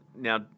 now